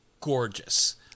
gorgeous